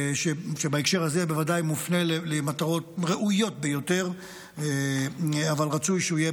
שבהקשר הזה בוודאי מופנה למטרות ראויות ביותר אבל רצוי שהוא יהיה